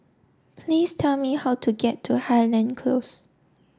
please tell me how to get to Highland Close